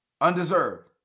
undeserved